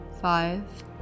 five